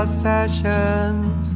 sessions